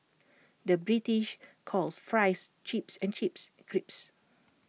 the British calls Fries Chips and Chips Crisps